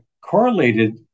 correlated